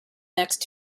next